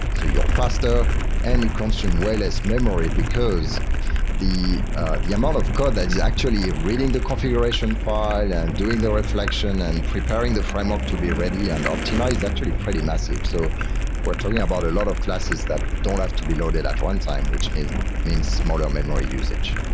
so you're faster and you consume way less memory because the the amount of code that is actually reading the configuration file and doing the reflection and preparing the framework to be ready and optimized is actually pretty massive. so we're talking about a lot of classes that don't have to be loaded at runtime, which means means smaller memory usage